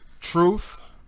truth